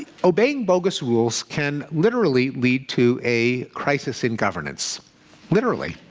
obeying bogus rules can literally lead to a crisis in governance literally.